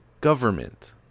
government